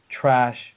trash